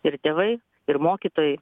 ir tėvai ir mokytojai